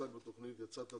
שהוצג בתוכנית "יצאת צדיק"